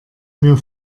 mir